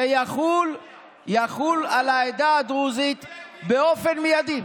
שיחול על העדה הדרוזית באופן מיידי.